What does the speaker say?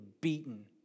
beaten